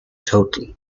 total